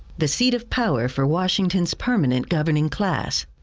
the seat of power for washington's permanent governing class,